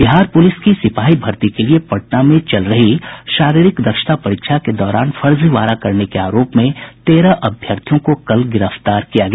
Bihar police की सिपाही भर्ती के लिए पटना में चल रही शारीरिक दक्षता परीक्षा के दौरान फर्जीवाड़ा करने के आरोप में तेरह अभ्यर्थियों को कल गिरफ्तार किया गया